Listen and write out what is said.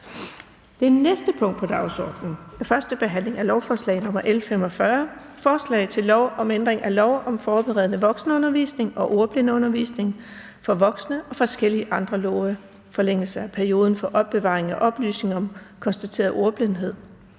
Det næste punkt på dagsordenen er: 4) 1. behandling af lovforslag nr. L 45: Forslag til lov om ændring af lov om forberedende voksenundervisning og ordblindeundervisning for voksne og forskellige andre love. (Forlængelse af perioden for opbevaring af oplysninger om konstateret ordblindhed